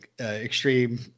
extreme